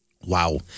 Wow